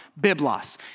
Biblos